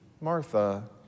Martha